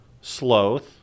sloth